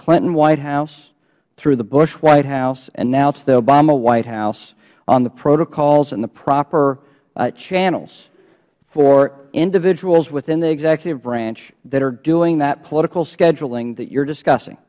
clinton white house through the bush white house and now to the obama white house on the protocols and the proper channels for individuals within the executive branch that are doing that political scheduling that you are discussing